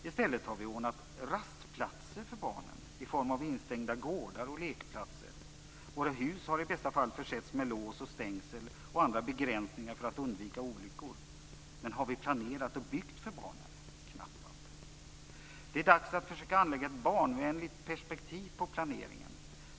I stället har vi ordnat rastplatser för barnen i form av instängda gårdar och lekplatser. Våra hus har i bästa fall försetts med lås och stängsel och andra begränsningar för att undvika olyckor. Men har vi planerat och byggt för barnen? Knappast. Det är dags att försöka anlägga ett barnvänligt perspektiv på planeringen.